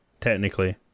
technically